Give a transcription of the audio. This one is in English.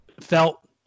felt